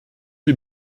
wie